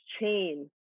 chain